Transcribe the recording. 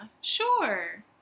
Sure